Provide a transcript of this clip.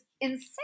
insane